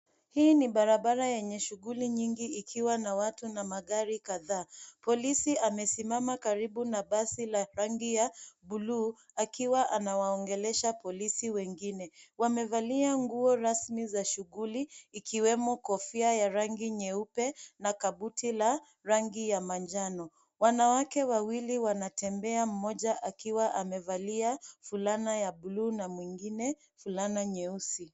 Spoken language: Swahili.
Hii ni barabara yenye shughuli nyingi ikiwa na watu na magari kadhaa. Polisi amesimama karibu na gari la rangi ya buluu akiwa anawaongelesha polisi wengine. Wamevalia nguo rasmi za shughuli ikiwemo kofia ya rangi nyeupe na kabuti la rangi ya manjano. Wanawake wawili wanatembea mmoja akiwa amevalia fulana ya buluu na mwingine fulana nyeusi.